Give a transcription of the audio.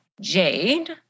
Jade